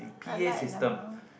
I like LMAO